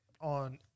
on